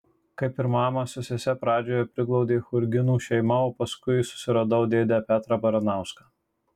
kaip ir mamą su sese pradžioje priglaudė churginų šeima o paskui susiradau dėdę petrą baranauską